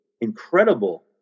incredible